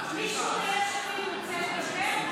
מישהו מיש עתיד רוצה לדבר?